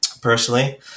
personally